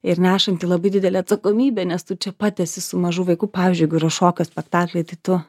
ir nešanti labai didelėę atsakomybę nes tu čia pat esi su mažu vaiku pavyzdžiui jeigu yra šokis spektaklyje tai tu